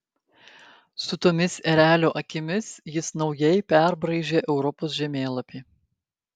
su tomis erelio akimis jis naujai perbraižė europos žemėlapį